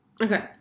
okay